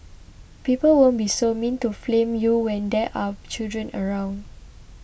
people won't be so mean to flame you when there are children around